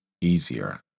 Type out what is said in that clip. easier